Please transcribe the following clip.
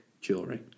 jewelry